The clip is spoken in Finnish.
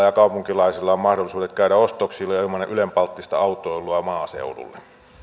ja kaupunkilaisilla on mahdollisuudet käydä ostoksilla ilman ylenpalttista autoilua maaseudulla